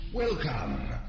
Welcome